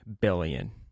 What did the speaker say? billion